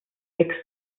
sixth